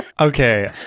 Okay